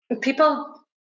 people